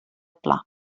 pla